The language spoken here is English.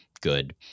good